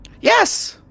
Yes